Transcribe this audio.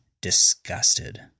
disgusted